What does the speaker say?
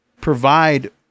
provide